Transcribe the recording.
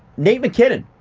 nate mackinnon,